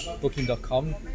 Booking.com